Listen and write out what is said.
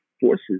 forces